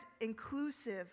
inclusive